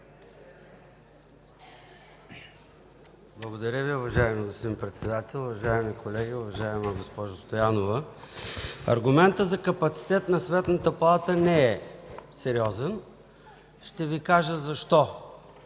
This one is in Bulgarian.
ЦОНЕВ (ДПС): Уважаеми господин Председател, уважаеми колеги! Уважаема госпожо Стоянова, аргументът за капацитет на Сметната палата не е сериозен. Ще Ви кажа защо.